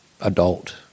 adult